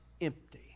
empty